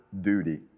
duty